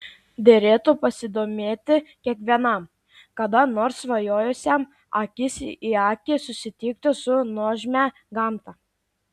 derėtų pasidomėti kiekvienam kada nors svajojusiam akis į akį susitikti su nuožmia gamta